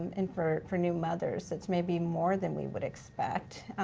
and for for new mothers. it's maybe more than we would expect.